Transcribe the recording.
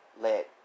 let